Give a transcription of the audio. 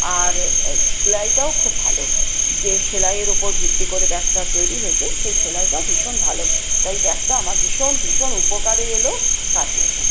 আর সেলাইটাও খুব ভালো যে সেলাইয়ের ওপর ভিত্তি করে ব্যাগটা তৈরি হয়েছে সেই সেলাইটাও ভীষণ ভালো তাই ব্যাগটা আমার ভীষণ ভীষণ উপকারে এলো কাজে এলো